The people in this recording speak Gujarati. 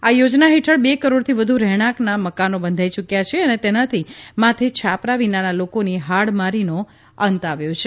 આ યોજના હેઠળ બે કરોડથી વધુ રહેણાકનાં મકાનો બંધાઇ ચૂકયાં છે અને તેનાથી માથે છાપરા વિનાના લોકોની હાડમારીનો અંત આવ્યો છે